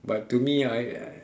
but to me I I